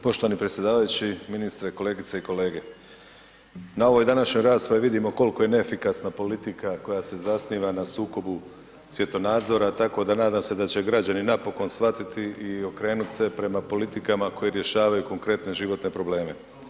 Poštovani predsjedavajući, ministre, kolegice i kolege, na ovoj današnjoj raspravi vidimo koliko je neefikasna politika koja se zasniva na sukobu svjetonazora tako da nadam se da će građani napokon shvatiti i okrenuti se prema politikama koje rješavaju konkretne životne probleme.